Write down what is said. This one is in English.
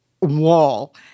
wall